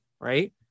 right